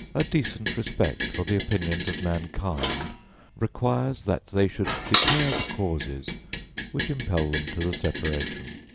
a decent respect for the opinions of mankind requires that they should declare the causes which impel them to the separation.